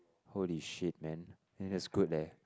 holy shit man then that's good leh